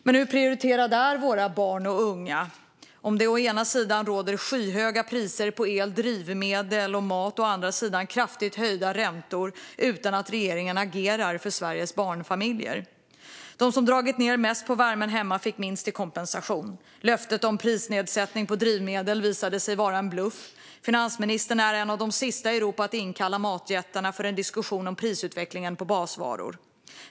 Men hur prioriterade är våra barn och unga om det å ena sidan råder skyhöga priser på el, drivmedel och mat och å andra sidan kraftigt höjda räntor utan att regeringen agerar för Sveriges barnfamiljer? De som har dragit ned mest på värmen hemma fick minst i kompensation. Löftet om prisnedsättning på drivmedel visade sig vara en bluff. Finansministern är en av de sista i Europa att inkalla matjättarna för en diskussion om prisutvecklingen på basvaror.